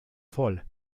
voll